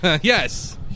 yes